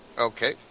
Okay